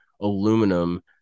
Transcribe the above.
Aluminum